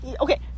Okay